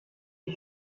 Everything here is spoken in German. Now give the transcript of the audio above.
die